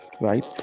Right